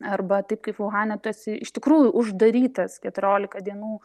arba taip kai vuhane tu esi iš tikrųjų uždarytas keturiolika dienų